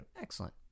Excellent